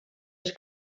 els